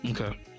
Okay